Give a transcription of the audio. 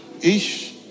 ish